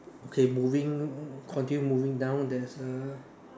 okay moving continue moving down there is a